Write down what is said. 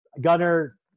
Gunner